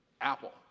Apple